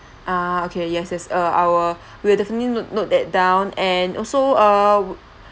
ah okay yes yes uh our we'll definitely note note that down and also err